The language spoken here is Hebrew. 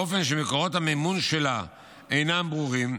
באופן שמקורות המימון שלה אינם ברורים.